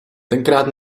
tenkrát